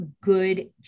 good